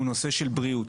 הוא נושא של בריאות.